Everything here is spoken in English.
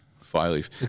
Flyleaf